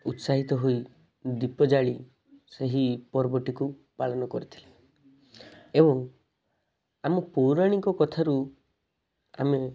ଉତ୍ସାହିତ ହୋଇ ଦୀପ ଜାଳି ସେହି ପର୍ବଟିକୁ ପାଳନ କରିଥିଲେ ଏବଂ ଆମ ପୌରଣିକ କଥାରୁ ଆମେ